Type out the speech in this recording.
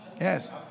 yes